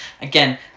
Again